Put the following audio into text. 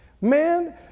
Man